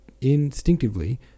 instinctively